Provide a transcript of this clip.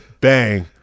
bang